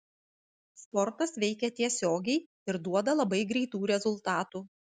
sportas veikia tiesiogiai ir duoda labai greitų rezultatų